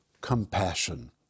compassion